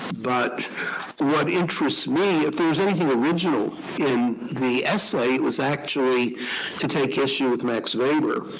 but what interests me if there was anything original in the essay was actually to take issue with max weber,